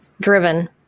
driven